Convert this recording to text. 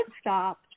stop